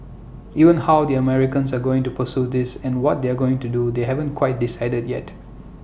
even how the Americans are going to pursue this and what they are going to do they haven't quite decided yet